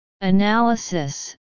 Analysis